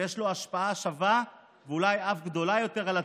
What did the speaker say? ויש לו השפעה שווה לזו של הוריו,